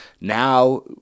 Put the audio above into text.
Now